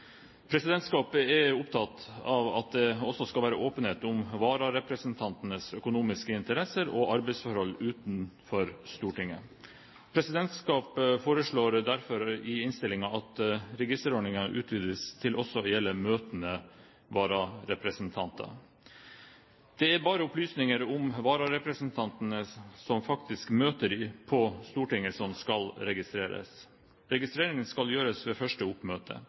Presidentskapet er opptatt av at det også skal være åpenhet om vararepresentantenes økonomiske interesser og arbeidsforhold utenfor Stortinget. Presidentskapet foreslår derfor i innstillingen at registerordningen utvides til også å gjelde møtende vararepresentanter. Det er bare opplysninger om vararepresentantene som faktisk møter på Stortinget, som skal registreres. Registreringen skal gjøres ved første oppmøte.